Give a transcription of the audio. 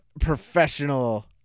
professional